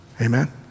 Amen